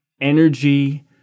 energy